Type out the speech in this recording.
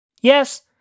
Yes